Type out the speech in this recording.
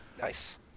Nice